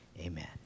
amen